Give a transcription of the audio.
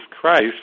Christ